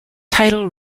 title